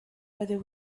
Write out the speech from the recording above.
whether